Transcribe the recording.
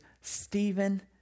Stephen